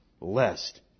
Lest